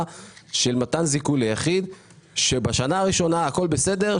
של מתן זיכוי ליחיד שבשנה הראשונה הכול בסדר.